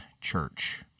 church